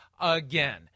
again